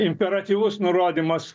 imperatyvus nurodymas